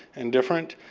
and different.